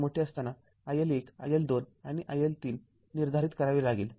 साठी iL१ iL२ आणि iL३ निर्धारित करावे लागेल